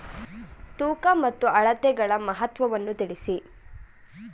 ತೂಕ ಮತ್ತು ಅಳತೆಗಳ ಮಹತ್ವವನ್ನು ತಿಳಿಸಿ?